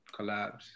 collabs